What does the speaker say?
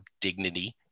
dignity